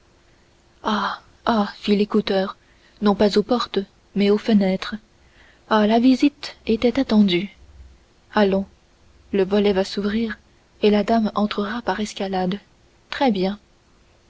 fit l'écouteur non pas aux portes mais aux fenêtres ah la visite était attendue allons le volet va s'ouvrir et la dame entrera par escalade très bien